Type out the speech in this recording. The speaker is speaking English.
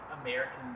American